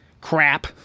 crap